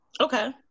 Okay